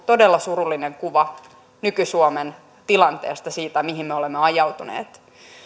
todella surullinen kuva nyky suomen tilanteesta siitä mihin me olemme ajautuneet